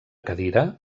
cadira